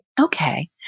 Okay